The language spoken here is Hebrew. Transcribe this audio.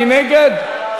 מי נגד?